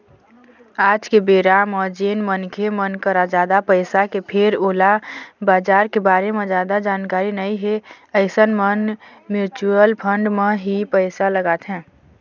आज के बेरा म जेन मनखे मन करा जादा पइसा हे फेर ओला बजार के बारे म जादा जानकारी नइ हे अइसन मन म्युचुअल फंड म ही पइसा लगाथे